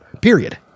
period